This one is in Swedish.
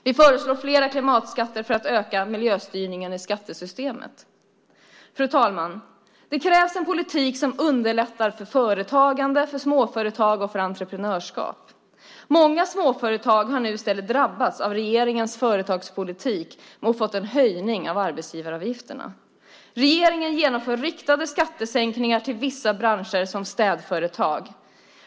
Vi föreslår flera klimatskatter för att öka miljöstyrningen i skattesystemen. Fru talman! Det krävs en politik som underlättar för företagande, för småföretag och för entreprenörskap. Många småföretag har nu i stället drabbats av regeringens företagspolitik och fått en höjning av arbetsgivaravgifterna. Regeringen genomför riktade skattesänkningar till vissa branscher som städföretag.